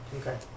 Okay